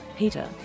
Peter